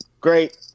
great